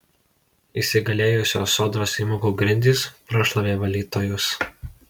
įsigaliojusios sodros įmokų grindys prašlavė valytojus